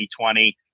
2020